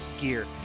Gear